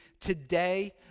today